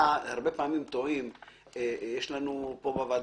אני רוצה שהמנכ"לים של חברות הגז לא יישנו בלילה.